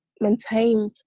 maintain